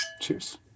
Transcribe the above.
Cheers